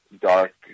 dark